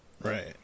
Right